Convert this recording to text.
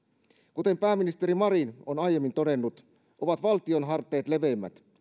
kuten pääministeri marin on aiemmin todennut ovat valtion hartiat leveimmät